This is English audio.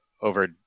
over